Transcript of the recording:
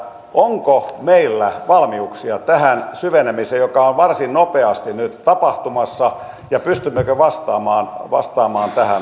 hallitusohjelman mukaisesti tavoite on että suomi on maailman turvallisin maa asua yrittää ja tehdä työtä